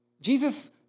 Jesus